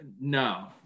no